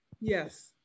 Yes